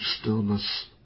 stillness